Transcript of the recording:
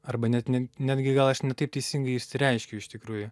arba net netgi gal aš ne taip teisingai išsireiškiu iš tikrųjų